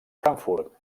frankfurt